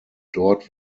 dort